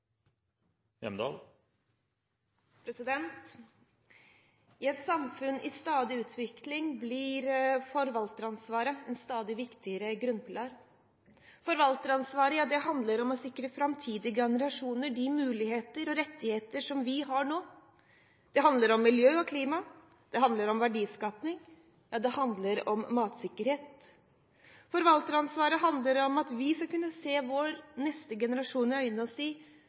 I et samfunn i stadig utvikling blir forvalteransvaret en stadig viktigere grunnpilar. Forvalteransvaret handler om å sikre framtidige generasjoner de muligheter og rettigheter som vi har nå. Det handler om miljø og klima. Det handler om verdiskapning. Det handler om matsikkerhet. Forvalteransvaret handler om at vi skal kunne se vår neste generasjon i øynene og si: Jeg gjorde alt for at du skal få vokse opp i